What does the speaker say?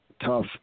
tough